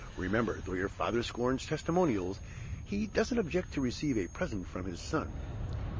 remember though your father scorns testimonials he doesn't object to receive a present from his son.